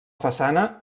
façana